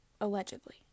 Allegedly